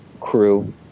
crew